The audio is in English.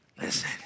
listen